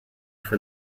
for